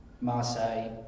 Marseille